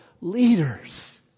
leaders